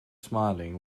smiling